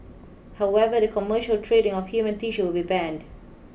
however the commercial trading of human tissue will be banned